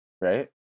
right